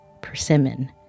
Persimmon